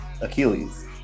Achilles